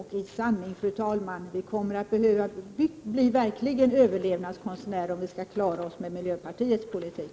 I sanning, fru talman, kommer vi att behöva bli verkliga överlevnadskonstnärer om vi skall kunna klara oss med miljöpartiets politik.